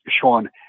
Sean